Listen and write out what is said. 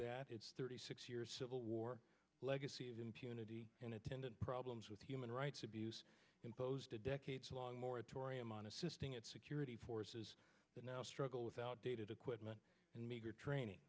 that it's thirty six years civil war legacy of impunity and attendant problems with human rights abuse imposed a decades long moratorium on assisting its security forces that now struggle with outdated equipment and meager training